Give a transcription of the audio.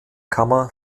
kammer